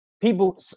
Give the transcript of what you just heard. people